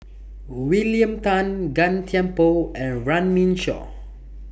William Tan Gan Thiam Poh and Runme Shaw